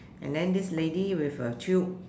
and then this lady with a tube